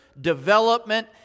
development